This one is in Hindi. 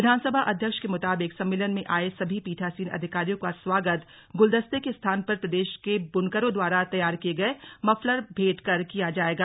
विधानसभा अध्यक्ष के मुताबिक सम्मेलन में आये सभी पीठासीन अधिकारियों का स्वागत गुलदस्ते के स्थान पर प्रदेश के बुनकरों द्वारा तैयार किये गये मफलर भेंट कर किया जायेगा